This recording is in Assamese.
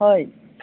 হয়